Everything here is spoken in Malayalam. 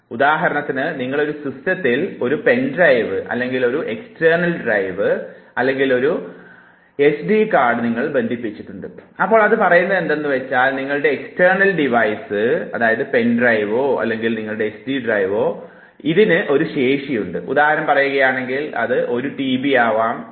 ഉദാഹരണത്തിന് നിങ്ങൾ ഒരു സിസ്റ്റത്തിൽ ഒരു പെൻ ഡ്രൈവ് അല്ലെങ്കിൽ എക്സ്റ്റേണൽ ഡ്രൈവ് അല്ലെങ്കിൽ എസ് ഡി കാർഡ് ബന്ധിപ്പിച്ചിട്ടുണ്ട് അപ്പോൾ അത് പറയുന്നതെന്തെന്നു വച്ചാൽ നിങ്ങളുടെ എക്സ്റ്റേണൽ ഡിവൈസ് പെൻ ഡ്രൈവ് അല്ലെങ്കിൽ നിങ്ങളുടെ എസ് ഡി ഡ്രൈവ് എന്നതിന് ഈ ശേഷി ഉണ്ട് ഉദാഹരണത്തിന് പറയുകയാണെങ്കിൽ അതിന് ഒരു റ്റി ബി വലിപ്പമുണ്ട്